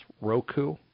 Roku